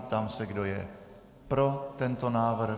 Ptám se, kdo je pro tento návrh?